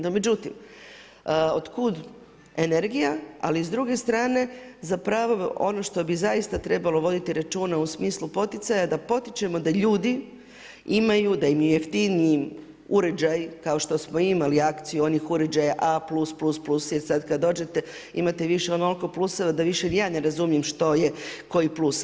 No međutim, otkud energije ali i s druge strane zapravo ono što bi zaista trebalo voditi računa u smislu poticaja, da potičemo da ljudi imaju jeftinije uređaje kao što smo imali akciju onih uređaja A+++, sad kad dođete imate više onoliko pluseva da više ni ja ne razumijem što je koji plus.